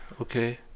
okay